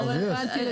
זה".